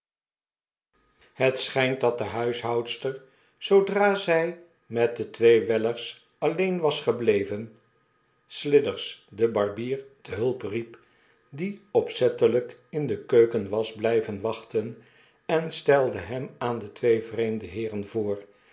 het schynt dat de huishoudster zoodra zy met de twee wellers aileen was gebleven slithers den barbier te hulp riep die opzettelijk in de keuken was blyven wachten en stelde hem aan de twee vreemde heeren voor